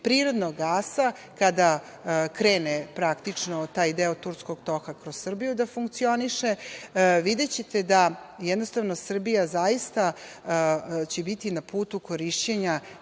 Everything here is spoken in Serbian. prirodnog gasa, kada krene praktično taj deo Turskog toka kroz Srbiju da funkcioniše, videćete da jednostavno Srbija će zaista biti na putu korišćenja